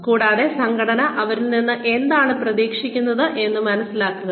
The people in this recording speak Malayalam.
കൂടാതെ സംഘടന അവരിൽ നിന്ന് എന്താണ് പ്രതീക്ഷിക്കുന്നതെന്ന് മനസ്സിലാക്കുക